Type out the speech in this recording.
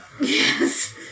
Yes